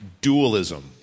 dualism